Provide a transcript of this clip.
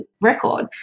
record